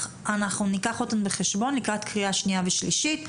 אנחנו ניקח אותן בחשבון לקראת קריאה שנייה ושלישית.